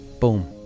Boom